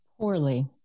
Poorly